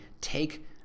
Take